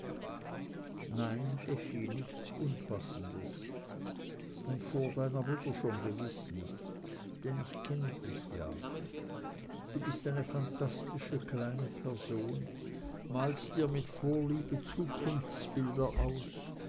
nein effi nichts unpassendes und vor deiner mutter nun schon gewiß nicht denn ich kenne dich ja du bist eine phantastische kleine person malst dir mit vorliebe zukunftsbilder aus